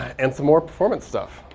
and some more performance stuff.